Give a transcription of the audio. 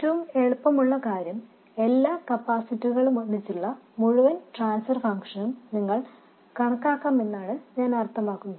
ഏറ്റവും എളുപ്പമുള്ള കാര്യം എല്ലാ കപ്പാസിറ്ററുകളുമൊന്നിച്ചുള്ള മുഴുവൻ ട്രാൻസ്ഫർ ഫംഗ്ഷനും നിങ്ങൾക്ക് കണക്കാക്കാമെന്നാണ് ഞാൻ അർത്ഥമാക്കുന്നത്